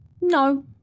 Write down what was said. No